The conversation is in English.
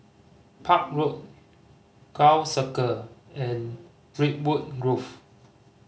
Park Road Gul Circle and Redwood Grove